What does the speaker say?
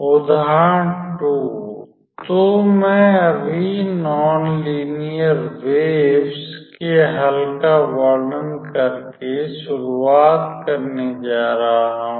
उदाहरण 2 तो मैं अभी नॉन लीनियर वेव्स के हल का वर्णन करके शुरुआत करने जा रहा हूं